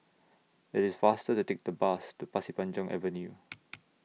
IT IS faster to Take The Bus to Pasir Panjang Avenue